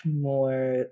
more